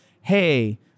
hey